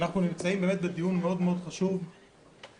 אנחנו נמצאים באמת בדיון מאוד מאוד חשוב שבא